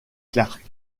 clark